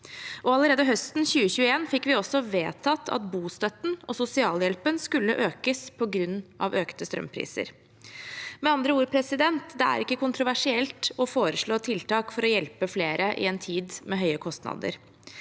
allerede høsten 2021 fikk vi også vedtatt at bostøtten og sosialhjelpen skulle økes på grunn av økte strømpriser. Med andre ord: Det er ikke kontroversielt å foreslå tiltak for å hjelpe flere i en tid med høye kostnader.